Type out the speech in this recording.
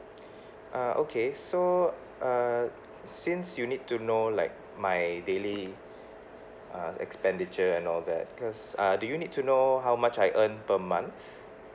uh okay so uh since you need to know like my daily uh expenditure and all that because uh do you need to know how much I earn per month